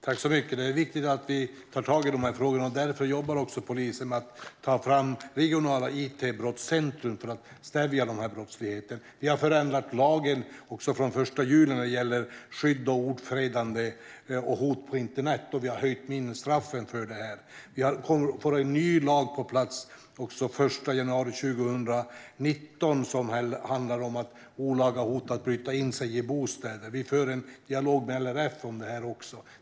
Fru talman! Det är viktigt att vi tar tag i dessa frågor. Därför jobbar polisen med att ta fram regionala it-brottscentrum, för att stävja denna brottslighet. Vi har förändrat lagen från den 1 juli när det gäller skydd, ofredande och hot på internet, och vi har höjt minimistraffet för detta. Vi får också en ny lag på plats den 1 januari 2019, som handlar om olaga hot när man bryter sig in i bostäder. Vi för även en dialog med LRF om detta.